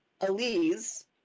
Elise